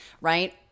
right